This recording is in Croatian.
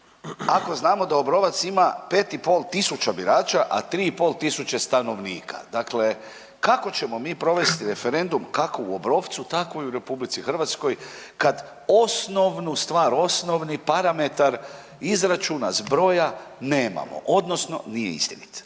ako znamo da Obrovac ima 5 i pol tisuća birača, a tri i pol tisuće stanovnika. Dakle, kako ćemo mi provesti referendum kako u Obrovcu tako i u Republici Hrvatskoj kad osnovnu stvar, osnovni parametar izračuna zbroja nemamo, odnosno nije istinit.